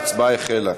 ההצבעה החלה.